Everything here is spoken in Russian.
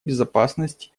безопасность